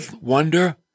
wonder